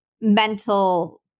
mental